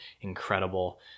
incredible